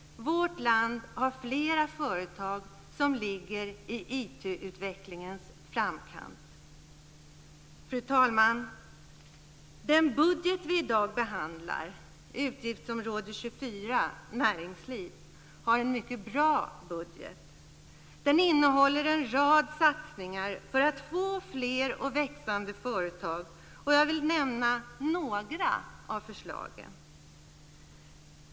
Vårt land har flera företag som ligger i IT-utvecklingens framkant. Fru talman! Den budget vi i dag behandlar, dvs. utgiftsområde 24 Näringsliv, är en mycket bra budget. Den innehåller en rad satsningar för att få fler och växande företag, och jag vill nämna några av förslagen.